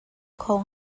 kho